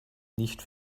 nicht